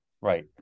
Right